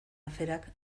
aferak